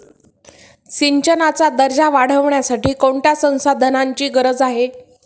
सिंचनाचा दर्जा वाढविण्यासाठी कोणत्या संसाधनांची गरज आहे?